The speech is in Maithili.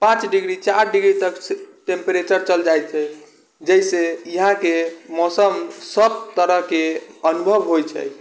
पाँच डिग्री चार डिग्रीतक टेम्प्रेचर चलि जाइ छै जाहिसँ यहाँके मौसम सब तरहके अनुभव होइ छै